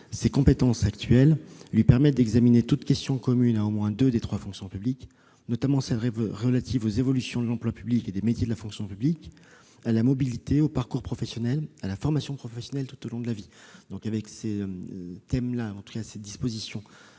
ses compétences actuelles lui permettent d'examiner toute question commune à au moins deux des trois fonctions publiques, notamment sur des thèmes tels que les évolutions de l'emploi public et des métiers de la fonction publique, la mobilité, les parcours professionnels, la formation professionnelle tout au long de la vie. Dès lors, madame Delattre,